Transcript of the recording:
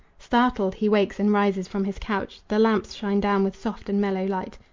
startled he wakes and rises from his couch. the lamps shine down with soft and mellow light.